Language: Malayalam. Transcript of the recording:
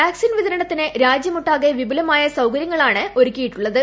വാക്സിൻ വിതരണത്തിന് രാജ്യമൊട്ടാകെ വിപുലമായ സൌകര്യങ്ങളാണ് ഒരുക്കിയിട്ടുള്ളത്